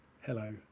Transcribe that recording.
hello